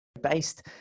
Based